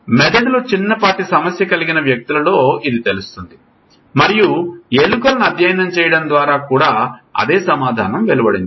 మెదడులో చిన్నపాటి సమస్య కలిగిన వ్యక్తులలో ఇది తెలుస్తుంది మరియు ఎలుకలను అధ్యయనం చేయడం ద్వారా కూడా అదే సమాధానం వెలువడింది